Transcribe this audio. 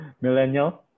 millennial